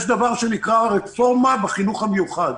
יש דבר שנקרא רפורמה בחינוך המיוחד.